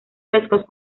frescos